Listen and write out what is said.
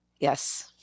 Yes